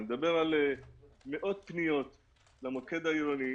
אני מדבר על מאות פניות למוקד העירוני